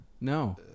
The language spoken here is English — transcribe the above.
no